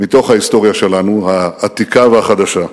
מתוך ההיסטוריה שלנו, העתיקה והחדשה.